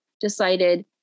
decided